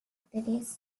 teresa